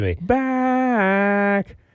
back